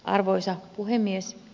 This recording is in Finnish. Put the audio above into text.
arvoisa puhemies